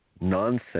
nonsense